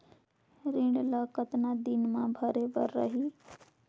ऋण ला कतना दिन मा भरे बर रही?